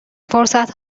فرصت